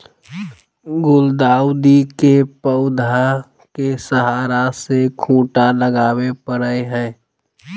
गुलदाऊदी के पौधा के सहारा ले खूंटा लगावे परई हई